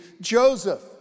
Joseph